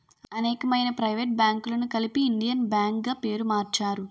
అనేకమైన ప్రైవేట్ బ్యాంకులను కలిపి ఇండియన్ బ్యాంక్ గా పేరు మార్చారు